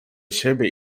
siebie